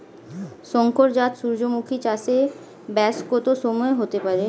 শংকর জাত সূর্যমুখী চাসে ব্যাস কত সময় হতে পারে?